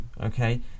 okay